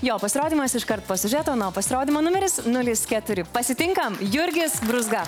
jo pasirodymas iškart po siužeto pasirodymo numeris nulis keturi pasitinkam jurgis brūzga